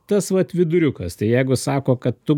tas vat viduriukas tai jeigu sako kad tu